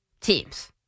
teams